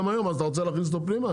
גם היום, אתה רוצה להכניס אותו פנימה?